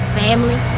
family